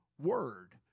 word